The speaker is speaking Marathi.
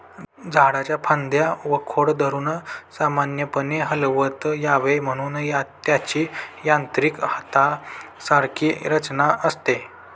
झाडाच्या फांद्या व खोड धरून सामान्यपणे हलवता यावे म्हणून त्याची यांत्रिक हातासारखी रचना असते